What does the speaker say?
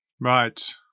Right